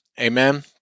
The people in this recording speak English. Amen